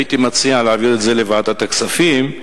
הייתי מציע להעביר את זה לוועדת הכספים,